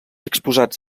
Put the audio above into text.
exposats